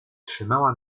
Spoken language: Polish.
trzymała